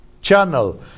channel